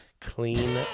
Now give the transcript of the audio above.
clean